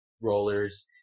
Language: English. rollers